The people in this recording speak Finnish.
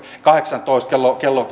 kello kello